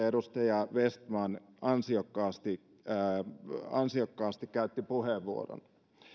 edustaja vestman ansiokkaasti ansiokkaasti käytti puheenvuoron